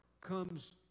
comes